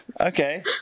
okay